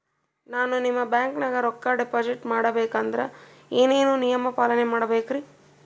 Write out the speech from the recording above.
ನಾನು ನಿಮ್ಮ ಬ್ಯಾಂಕನಾಗ ರೊಕ್ಕಾ ಡಿಪಾಜಿಟ್ ಮಾಡ ಬೇಕಂದ್ರ ಏನೇನು ನಿಯಮ ಪಾಲನೇ ಮಾಡ್ಬೇಕ್ರಿ?